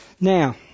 Now